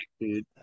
dude